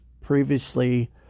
previously